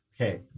Okay